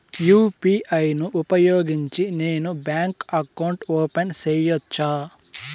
UPI ను ఉపయోగించి నేను బ్యాంకు అకౌంట్ ఓపెన్ సేయొచ్చా?